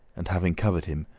and having covered him,